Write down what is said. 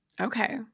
Okay